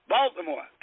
Baltimore